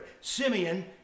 Simeon